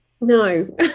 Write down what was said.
No